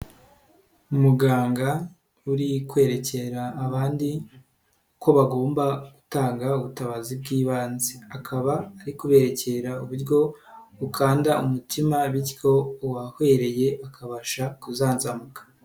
Muganga uri kwerekera abandi ko bagomba gutanga ubutabazi bw'ibanze. Akaba ari kubererekera uburyo bukanda umutima bityo uwahwereye akabasha kuzanzamuka.